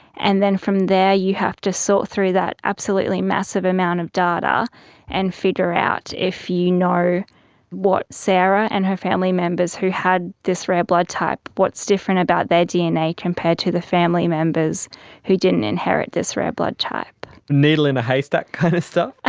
and then from there you have to sort through that absolutely massive amount of data and figure out if you know what sarah and her family members who had this rare blood type, what's different about their dna compared to the family members who didn't inherit this rare blood type. needle in a haystack kind of stuff? ah